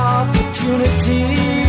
opportunity